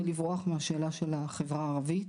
לברוח מהשאלה של החברה הערבית,